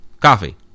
Coffee